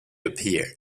appear